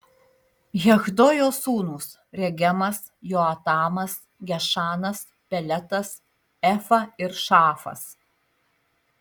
jahdojo sūnūs regemas joatamas gešanas peletas efa ir šaafas